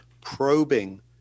probing